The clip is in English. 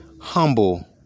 humble